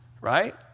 right